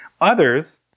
Others